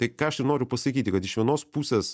tai ką aš ir noriu pasakyti kad iš vienos pusės